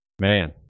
Man